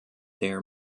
their